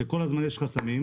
שכל הזמן יש חסמים.